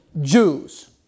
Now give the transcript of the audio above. Jews